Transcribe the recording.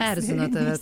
erzino tave